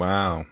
Wow